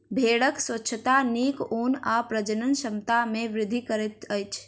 भेड़क स्वच्छता नीक ऊन आ प्रजनन क्षमता में वृद्धि करैत अछि